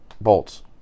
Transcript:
Bolts